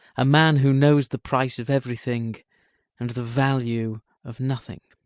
a man who knows the price of everything and the value of nothing.